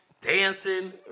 dancing